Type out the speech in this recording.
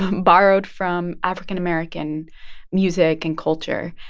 um borrowed, from african american music and culture.